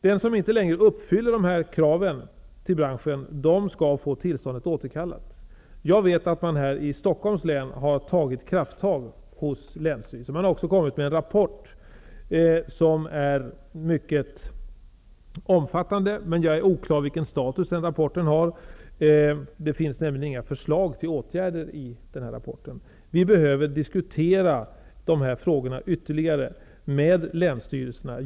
Den som inte längre uppfyller kraven på branschen skall få tillståndet återkallat. Jag vet att det här i Stockholms län har tagits krafttag på länsstyrelsen. Man har också kommit med en rapport som är mycket omfattande, men jag är oklar vilken status rapporten har, då det inte finns några förslag till åtgärder i den. Vi behöver diskutera de här frågorna ytterligare med länsstyrelserna.